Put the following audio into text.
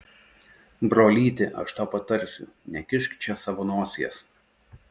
brolyti aš tau patarsiu nekišk čia savo nosies